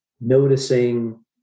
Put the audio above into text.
noticing